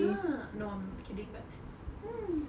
ya no I'm not kidding but